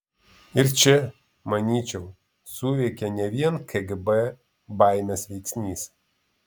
ir čia manyčiau suveikė ne vien kgb baimės veiksnys